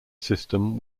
system